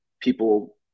people